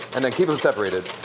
and they keep it separated.